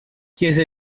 chiese